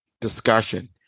discussion